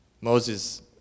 Moses